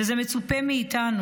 וזה מצופה מאיתנו,